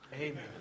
Amen